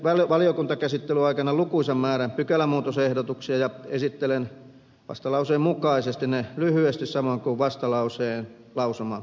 teimme valiokuntakäsittelyn aikana lukuisan määrän pykälämuutosehdotuksia ja esittelen vastalauseen mukaisesti ne lyhyesti samoin kuin vastalauseen lausumaehdotuksen